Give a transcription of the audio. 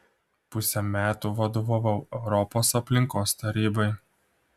pusę metų vadovavau europos aplinkos tarybai